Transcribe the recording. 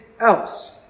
else